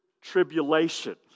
tribulation